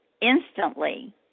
instantly